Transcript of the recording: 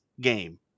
game